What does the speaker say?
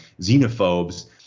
xenophobes